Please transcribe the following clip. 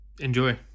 Enjoy